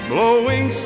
Blowing